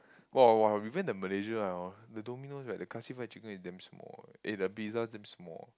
!wah! !wah! we went to Malaysia I want the Domino that the classic fried chicken is damn small and their pizza damn small